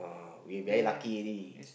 uh we very lucky already